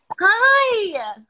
Hi